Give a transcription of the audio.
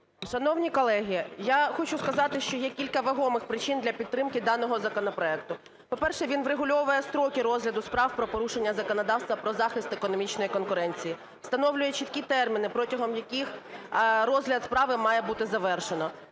Шановні колеги, я хочу сказати, що є кілька вагомих причин для підтримки даного законопроекту. По-перше, він врегульовує строки розгляду справ про порушення законодавства про захист економічної конкуренції, встановлює чіткі терміни, протягом яких розгляд справи має бути завершено.